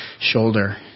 shoulder